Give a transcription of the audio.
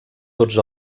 tots